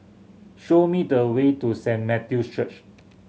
show me the way to Saint Matthew's Church